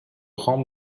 خان